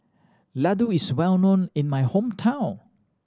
laddu is well known in my hometown